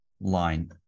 line